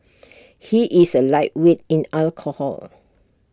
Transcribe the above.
he is A lightweight in alcohol